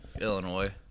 Illinois